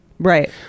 Right